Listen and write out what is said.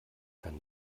kann